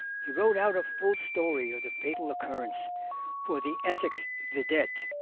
he wrote out a full story of the fatal occurrence for the essex vedette,